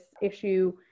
issue